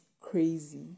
crazy